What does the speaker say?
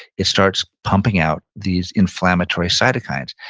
it starts pumping out these inflammatory cytokines.